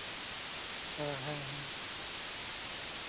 ᱚ ᱦᱮᱸ ᱦᱮᱸ